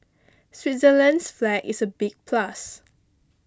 Switzerland's flag is a big plus